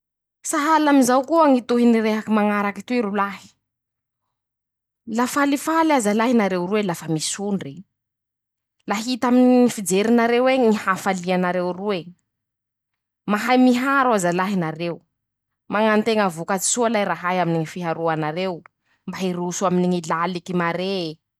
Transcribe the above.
Sahala amizao koa ñy tohiny rehaky mañaraky toy rolahy: -"La falifaly aza lahy nareo roe lafa misondry ,la hita amy ñy fijerinareo eñy ñy hafalianareo roe ,mahay miharo aza lahy nareo ,mañanteña voka-tsoa lahy rahay aminy ñy fiharoanareo, mba hiroso aminy ñy laliky mare."